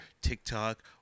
TikTok